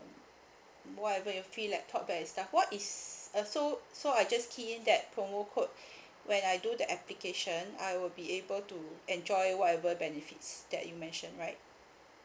whatever you feel like top that is stuff what is uh so so I just key in that promo code when I do the application I will be able to enjoy whatever benefits that you mentioned right